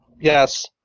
Yes